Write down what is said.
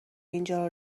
اینجا